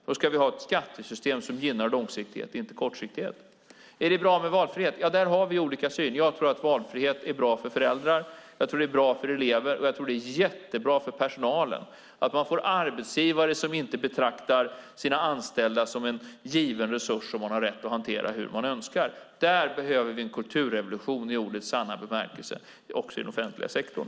Då ska vi ha ett skattesystem som gynnar långsiktighet, inte kortsiktighet. Är det bra med valfrihet? Där har vi olika syn. Jag tror att valfrihet är bra för föräldrar. Jag tror att det är bra för elever, och jag tror att det är jättebra för personalen att man får arbetsgivare som inte betraktar sina anställda som en given resurs som man har rätt att hantera hur man önskar. Där behöver vi en kulturrevolution i ordets sanna bemärkelse, också i den offentliga sektorn.